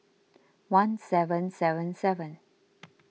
one seven seven seven